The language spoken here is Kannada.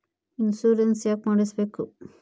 ಇನ್ಶೂರೆನ್ಸ್ ಯಾಕ್ ಮಾಡಿಸಬೇಕು?